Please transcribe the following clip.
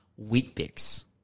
WheatBix